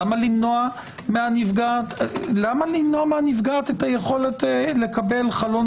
למה למנוע מהנפגעת את היכולת לקבל חלון